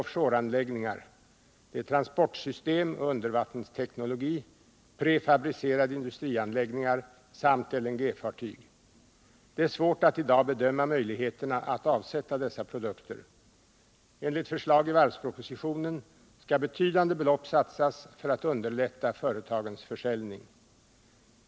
offshoreanläggningar, transportsystem och undervattensteknologi, prefabricerade industrianläggningar samt LNG-fartyg. Det är svårt att i dag bedöma möjligheterna att avsätta dessa produkter. Enligt förslag i varvspropositionen skall betydande belopp satsas för att underlätta företagens försäljning.